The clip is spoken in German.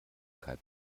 kalb